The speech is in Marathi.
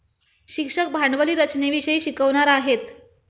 शिक्षक भांडवली रचनेविषयी शिकवणार आहेत